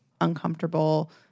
uncomfortable